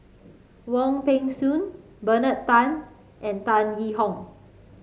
Wong Peng Soon Bernard Tan and Tan Yee Hong